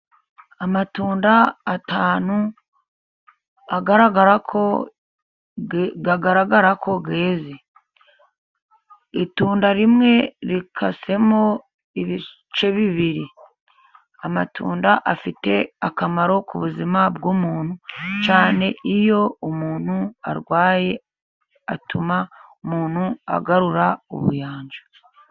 Amatunda atanu agaragara ko agaragara ko yeze. Itunda rimwe rikasemo ibice bibiri. Amatunda afite akamaro ku buzima bw'umuntu, cyane iyo umuntu arwaye, atuma umuntu agarura ubuyanja.